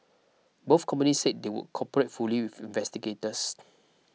both companies said they would cooperate fully with investigators